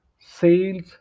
sales